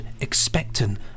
Expectant